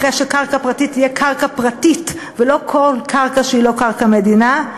אחרי שקרקע פרטית תהיה קרקע פרטית ולא כל קרקע שהיא לא קרקע מדינה,